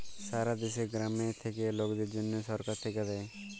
সারা দ্যাশে গ্রামে থাক্যা লকদের জনহ সরকার থাক্যে দেয়